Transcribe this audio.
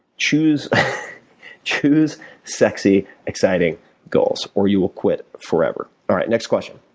choose choose sexy, exciting goals or you will quit forever. alright, next question.